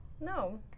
No